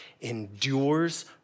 endures